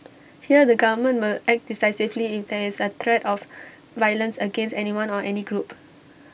here the government will act decisively if there is threat of violence against anyone or any group